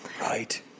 Right